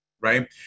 right